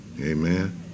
Amen